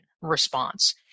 response